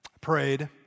prayed